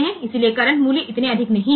તેથી current value એટલા ઉંચી નથી હોતી